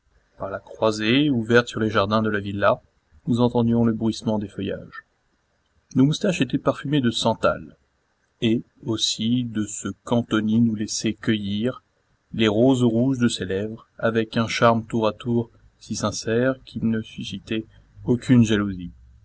par la croisée ouverte sur les jardins de la villa nous entendions le bruissement des feuillages nos moustaches étaient parfumées de santal et aussi de ce qu'antonie nous laissait cueillir les roses rouges de ses lèvres avec un charme tour à tour si sincère qu'il ne suscitait aucune jalousie